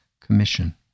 commission